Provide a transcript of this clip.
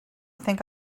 think